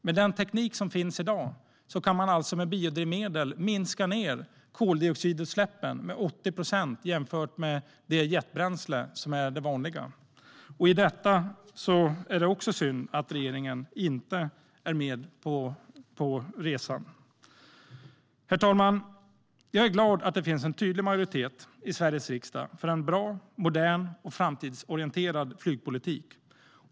Med den teknik som finns i dag kan man genom biodrivmedel minska koldioxidutsläppen med 80 procent jämfört med det vanliga jetbränslet. Det är synd att regeringen inte är med på den resan. Herr talman! Jag är glad att det finns en tydlig majoritet i Sveriges riksdag för en bra, modern och framtidsorienterad flygpolitik.